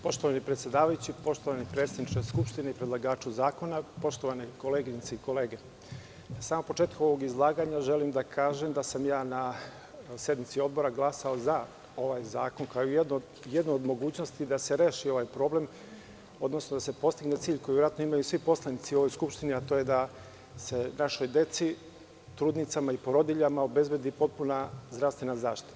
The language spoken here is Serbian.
Poštovani predsedavajući, poštovani predsedniče Skupštine i predlagaču zakona, poštovane koleginice i kolege, na samom početku ovog izlaganja želim da kažem da sam ja na sednici odbora glasao za ovaj zakon, kao jednu od mogućnosti da se reši ovaj problem, odnosno da se postigne cilj koji verovatno imaju svi poslanici u ovoj Skupštini, a to je da se našoj deci, trudnicama i porodiljama obezbedi potpuna zdravstvena zaštita.